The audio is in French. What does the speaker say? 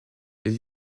les